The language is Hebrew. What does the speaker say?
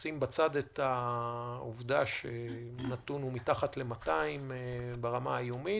נשים בצד את העובדה שהנתון הוא מתחת ל-200 ברמה היומית.